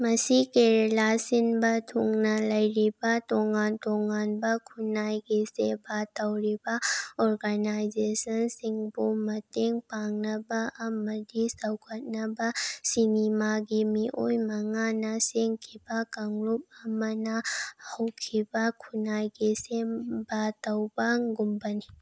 ꯃꯁꯤ ꯀꯦꯔꯥꯂꯥ ꯁꯤꯟꯕ ꯊꯨꯡꯅ ꯂꯩꯔꯤꯕ ꯇꯣꯉꯥꯟ ꯇꯣꯉꯥꯟꯕ ꯈꯨꯟꯅꯥꯏꯒꯤ ꯁꯦꯕꯥ ꯇꯧꯔꯤꯕ ꯑꯣꯔꯒꯅꯥꯏꯖꯦꯁꯟꯁꯤꯡꯕꯨ ꯃꯇꯦꯡ ꯄꯥꯡꯅꯕ ꯑꯃꯗꯤ ꯆꯥꯎꯈꯠꯅꯕ ꯁꯤꯅꯤꯃꯥꯒꯤ ꯃꯤꯑꯣꯏ ꯃꯉꯥꯅ ꯁꯦꯝꯈꯤꯕ ꯀꯥꯡꯂꯨꯞ ꯑꯃꯅ ꯍꯧꯈꯤꯕ ꯈꯨꯟꯅꯥꯏꯒꯤ ꯁꯦꯝꯕ ꯇꯧꯕꯒꯨꯝꯕꯅꯤ